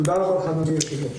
תודה רבה לך, אדוני היושב-ראש.